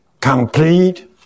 complete